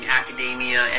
academia